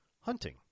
hunting